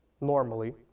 normally